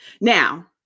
Now